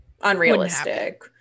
unrealistic